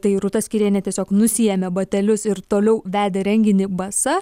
tai rūta skyrienė tiesiog nusiėmė batelius ir toliau vedė renginį basa